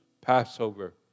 Passover